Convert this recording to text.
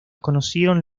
conocieron